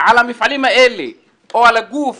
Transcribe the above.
על המפעלים האלה או על הגוף